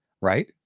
right